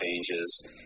changes